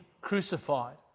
crucified